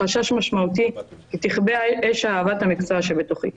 חשש משמעותי כי תכבה אש אהבת המקצוע שבתוכי.